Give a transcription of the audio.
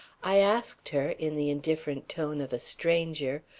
i asked her, in the indifferent tone of a stranger,